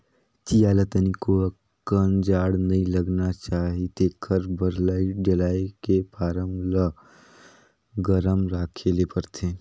चीया ल तनिको अकन जाड़ नइ लगना चाही तेखरे बर लाईट जलायके फारम ल गरम राखे ले परथे